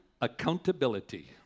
accountability